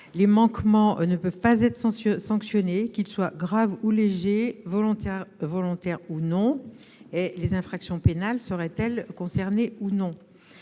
Les manquements ne pourraient pas être sanctionnés, qu'ils soient graves ou légers, volontaires ou non. Les infractions pénales seraient-elles concernées ou non ?